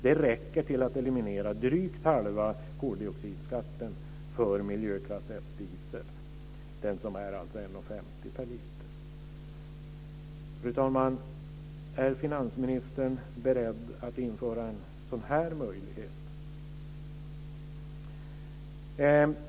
Det räcker till att eliminera drygt halva koldioxidskatten för miljöklass 1-diesel, som alltså är Fru talman! Är finansministern beredd att införa en sådan här möjlighet?